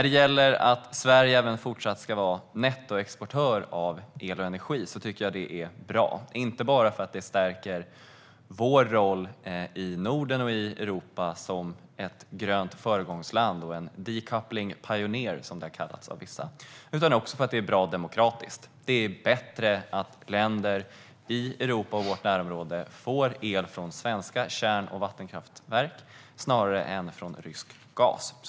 Det är bra att Sverige ska fortsätta att vara nettoexportör av el och energi, inte bara för att det stärker vår roll i Norden och Europa som ett grönt föregångsland och en decoupling pioneer, som det har kallats av vissa, utan också för att det är bra demokratiskt. Det är bättre att länder i Europa och vårt närområde får el från svenska kärnkraftverk och vattenkraftverk än från rysk gas.